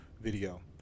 video